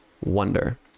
Wonder